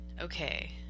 Okay